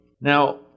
Now